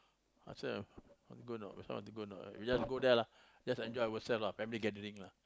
ask her want to go or not want to go or not we just go there lah just enjoy ourselves lah family gathering lah